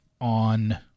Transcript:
on